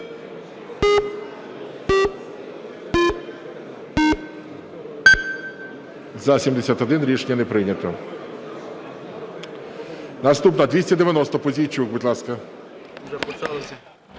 За-71 Рішення не прийнято. Наступна, 290-а. Пузійчук, будь ласка.